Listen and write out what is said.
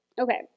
Okay